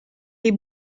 des